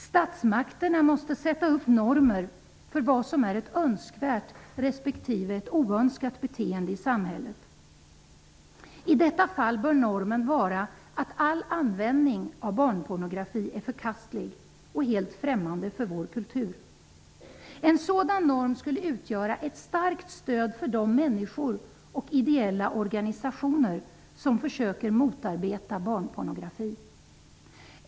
Statsmakterna måste sätta upp normer för vad som är ett önskvärt resp. ett oönskat beteende i samhället. I detta fall bör normen vara att all användning av barnpornografi är förkastlig och helt främmande för vår kultur. En sådan norm skulle utgöra ett starkt stöd för de människor och ideella organisationer som försöker motarbeta barnpornografi.